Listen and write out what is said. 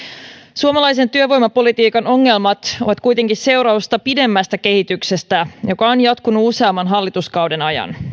suomalaisen työvoimapolitiikan ongelmat ovat kuitenkin seurausta pidemmästä kehityksestä joka on jatkunut useamman hallituskauden ajan